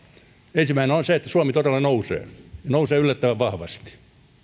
ensimmäinen on se että suomi todella nousee nousee yllättävän vahvasti